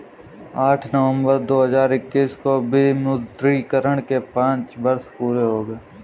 आठ नवंबर दो हजार इक्कीस को विमुद्रीकरण के पांच वर्ष पूरे हो गए हैं